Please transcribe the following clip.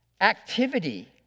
activity